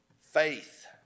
Faith